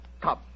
Come